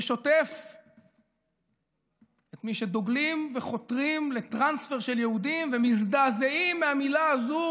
ששוטף את מי שדוגלים וחותרים לטרנספר של יהודים ומזדעזעים מהמילה הזו